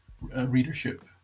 readership